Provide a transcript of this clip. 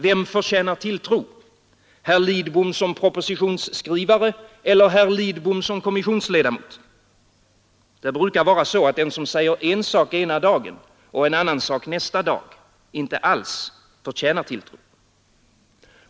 Vem förtjänar tilltro — herr Lidbom som propositionsskrivare eller herr Lidbom som kommissionsledamot? Det brukar vara så, att den som säger en sak ena dagen och en annan nästa dag inte alls förtjänar tilltro.